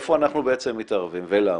איפה אנחנו בעצם מתערבים ולמה?